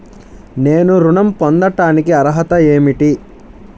నేను ఋణం పొందటానికి అర్హత ఏమిటి?